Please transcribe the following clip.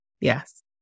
yes